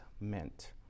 meant